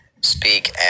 speak